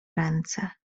ręce